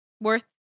Worth